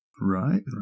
Right